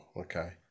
okay